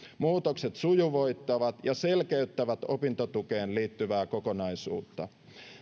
muutokset sujuvoittavat ja selkeyttävät opintotukeen liittyvää kokonaisuutta